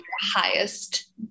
highest